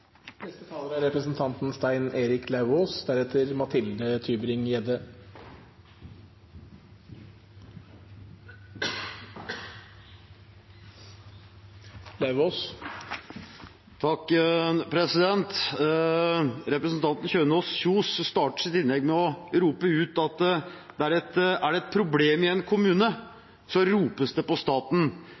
Representanten Kjønaas Kjos startet sitt innlegg med at er det et problem i en kommune, så ropes det på staten.